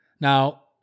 Now